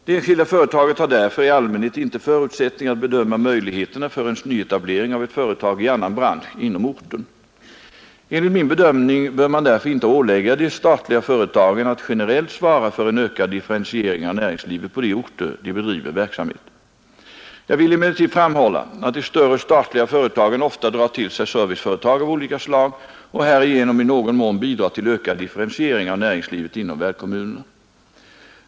Det enskilda företaget har därför i allmänhet inte förutsättningar att bedöma möjligheterna för en nyetablering av ett företag i annan bransch inom orten. Enligt min bedömning bör man därför inte ålägga de statliga företagen att generellt svara för en ökad differentiering av näringslivet på de orter de bedriver verksamhet. Jag vill emellertid framhålla att de större statliga företagen ofta drar till sig serviceföretag av olika slag och härigenom i någon mån bidrar till ökad differentiering av näringslivet inom värdkommunen.